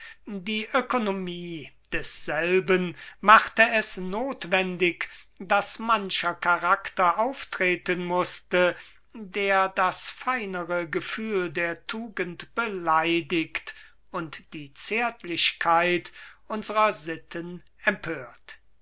die oekonomie desselben machte es nothwendig daß mancher charakter auftreten mußte der das feinere gefühl der tugend beleidigt und die zärtlichkeit unserer sitten empört